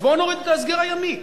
אז בואו נוריד את ההסגר הימי.